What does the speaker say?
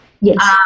Yes